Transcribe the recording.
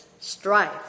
strife